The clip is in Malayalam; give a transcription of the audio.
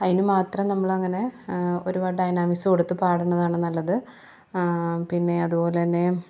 അതിനും മാത്രം നമ്മളങ്ങനെ ഒരുപാട് ഡൈനാമിക്സ് കൊടുത്ത് പാടുന്നതാണ് നല്ലത് പിന്നെ അതുപോലെ തന്നെ